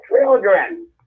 children